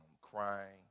crying